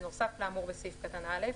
בנוסף לאמור בסעיף קטן (א),